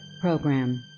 Program